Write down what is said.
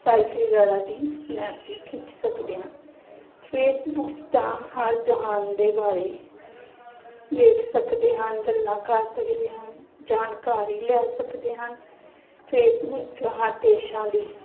selfie ਵਗੈਰਾ ਦੀ snap ਵੀ ਖਿੱਚ ਸਕਦੇ ਹਨ ਫੇਸਬੁੱਕ 'ਚ ਤਾਂ ਹਰ ਜਹਾਨ ਦੇ ਬਾਰੇ ਵੇਖ ਸਕਦੇ ਹਨ ਗੱਲਾਂ ਕਰ ਸਕਦੇ ਹਨ ਜਾਣਕਾਰੀ ਲੈ ਸਕਦੇ ਹਨ ਫੇਸਬੁੱਕ ਹਰ ਦੇਸ਼ਾਂ ਦੀ